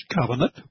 covenant